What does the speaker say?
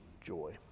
joy